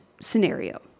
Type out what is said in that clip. scenario